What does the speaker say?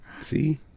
See